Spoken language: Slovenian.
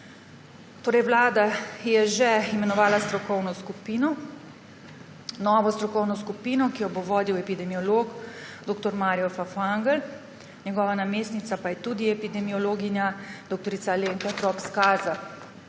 torej že imenovala novo strokovno skupino, ki jo bo vodil epidemiolog dr. Mario Fafangel, njegova namestnica pa je tudi epidemiologinja, dr. Alenka Trop Skaza.